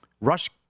Rush